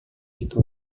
itu